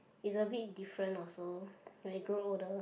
it's a bit different also when you grow older